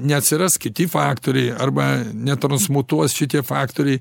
neatsiras kiti faktoriai arba netransmutuos šitie faktoriai